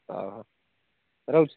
ଓହୋ ରହୁଛି ସାର୍